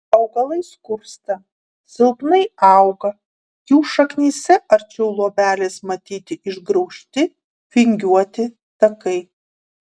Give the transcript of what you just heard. augalai skursta silpnai auga jų šaknyse arčiau luobelės matyti išgraužti vingiuoti takai